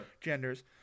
genders